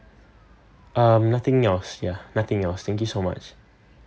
um nothing else ya nothing else thank you so much